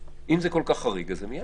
אם זה כל כך חריג אז זה מיד.